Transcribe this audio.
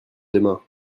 demain